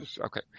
Okay